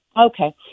Okay